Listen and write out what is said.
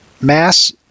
mass